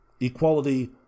equality